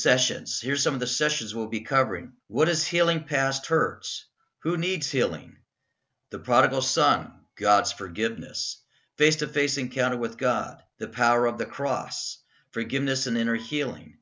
sessions here some of the sessions will be covering what is healing past hurts who needs healing the prodigal son god's forgiveness face to face encounter with god the power of the cross forgiveness and inner healing